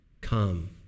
Come